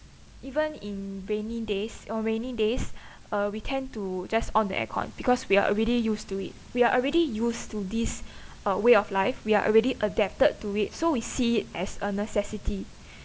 even in rainy days on rainy days uh we tend to just on the air con because we are already used to it we are already used to this uh way of life we are already adapted to it so we see it as a necessity